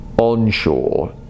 onshore